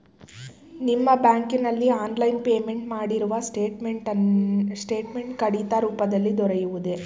ನಿಮ್ಮ ಬ್ಯಾಂಕಿನಲ್ಲಿ online payment ಮಾಡಿರುವ ಸ್ಟೇಟ್ಮೆಂಟ್ ಕಡತ ರೂಪದಲ್ಲಿ ದೊರೆಯುವುದೇ?